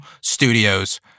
studios